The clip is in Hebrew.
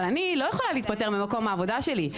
אבל אני לא יכולה להתפטר ממקום העבודה שלי,